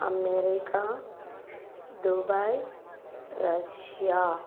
America Dubai Russia